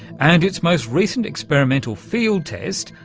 and its most recent experimental field-test,